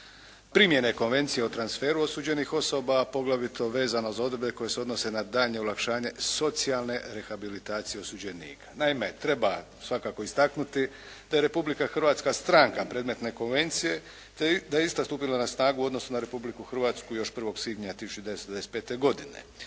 primjene Konvencije o transferu osuđenih osoba a poglavito vezano za odredbe koje se odnose na daljnje olakšanje socijalne rehabilitacije osuđenika. Naime, treba svakako istaknuti da je Republika Hrvatska stranka predmetne konvencije te da je ista stupila na snagu u odnosu na Republiku Hrvatsku još 1. svibnja 1995. godine.